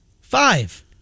Five